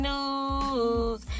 News